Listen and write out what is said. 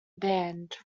band